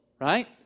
right